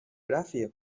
رفیق